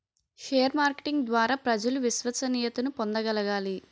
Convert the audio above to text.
share marketing ద్వారా ప్రజలు విశ్వసనీయతను పొందగలగాలి